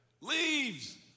Leaves